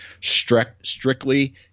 strictly